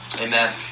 Amen